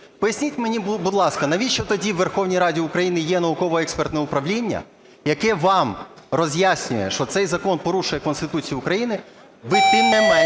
Поясніть мені, будь ласка, навіщо тоді у Верховній Раді України є Науково-експертного управління, яке вам роз'яснює, що цей закон порушує Конституцію України? Ви, тим не менш,